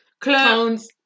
Clones